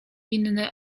winny